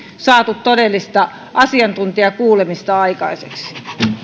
saatu todellista asiantuntijakuulemista aikaiseksi